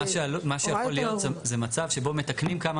אבל מה שיכול להיות זה מצב שבו מתקנים כמה